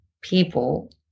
people